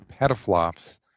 petaflops